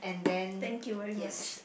thank you very much